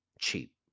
cheap